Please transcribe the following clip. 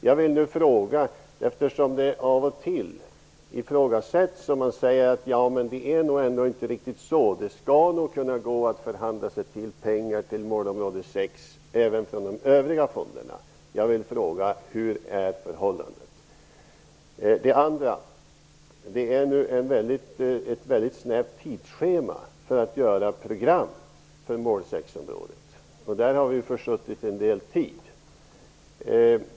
Jag vill nu fråga, eftersom det av och till sägs att det nog inte riktigt är så utan att det nog skall gå att förhandla fram pengar till målområde 6 även från de övriga fonderna: Hur förhåller det sig med detta? Vi har vidare ett mycket snävt tidsschema för att göra upp program för mål 6-området. Man har i det avseendet försuttit en del tid.